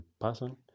person